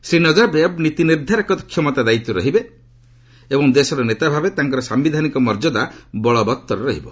Shri Nazarbayev ନୀତି ନିର୍ଦ୍ଧାରକ କ୍ଷମତା ଦାୟିତ୍ୱରେ ରହିବେ ଏବଂ ଦେଶର ନେତା ଭାବେ ତାଙ୍କର ସାୟିଧାନିକ ମର୍ଯ୍ୟଦା ବଳବତ୍ତର ରହିବ